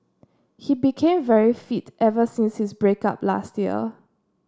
he became very fit ever since his break up last year